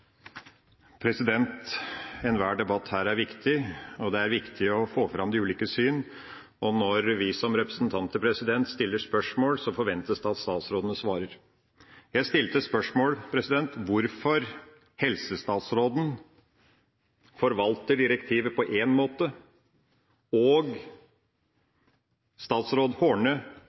Enhver debatt her er viktig – det er viktig å få fram de ulike syn. Når vi som representanter stiller spørsmål, forventes det at statsrådene svarer. Punkt 1: Jeg stilte spørsmål om hvorfor helsestatsråden forvalter direktivet på én måte og statsråd Horne